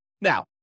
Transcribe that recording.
Now